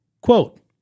Quote